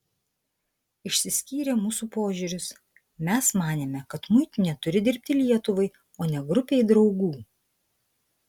išsiskyrė mūsų požiūris mes manėme kad muitinė turi dirbti lietuvai o ne grupei draugų